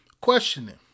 questioning